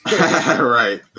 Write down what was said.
right